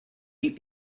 eat